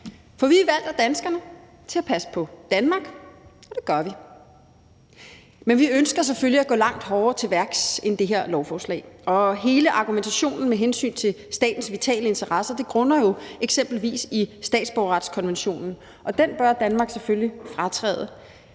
for vi er valgt af danskerne til at passe på Danmark, og det gør vi. Men vi ønsker selvfølgelig at gå langt hårdere til værks, end der gøres med det her lovforslag, og hele argumentationen med hensyn til statens vitale interesser grunder jo eksempelvis i statsborgerretskonventionen, og den bør Danmark selvfølgelig fratræde